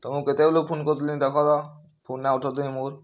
ତମ୍କୁ କେତେବେଲୁ ଫୋନ୍ କରିଥିଲି ଦେଖ ତ ଫୋନ୍ ନାଇଁ ଉଠଉଥେଇ ମୋର୍